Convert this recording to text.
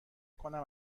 کنم